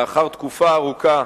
לאחר תקופה ארוכה